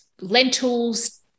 Lentils